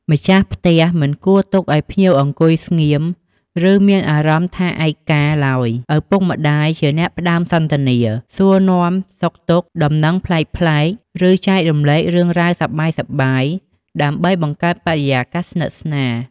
ម្ចាស់ផ្ទះមិនគួរទុកឲ្យភ្ញៀវអង្គុយស្ងៀម ឬមានអារម្មណ៍ថាឯកកាឡើយ ឪពុកម្ដាយជាអ្នកផ្ដើមសន្ទនា សួរនាំសុខទុក្ខ ដំណឹងប្លែកៗ ឬចែករំលែករឿងរ៉ាវសប្បាយៗ ដើម្បីបង្កើតបរិយាកាសស្និទ្ធស្នាល។